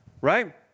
right